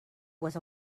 was